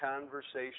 conversation